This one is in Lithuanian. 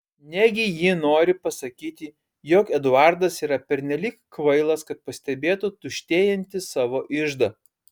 negi ji nori pasakyti jog eduardas yra pernelyg kvailas kad pastebėtų tuštėjantį savo iždą